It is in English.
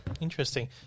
Interesting